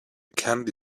candy